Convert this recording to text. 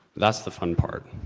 that's the fun part.